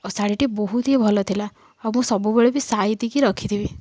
ଆଉ ଶାଢ଼ୀଟି ବହୁତି ହି ଭଲ ଥିଲା ଆଉ ମୁଁ ସବୁବେଳେ ବି ସାଇତି କି ରଖିଥିବି